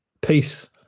peace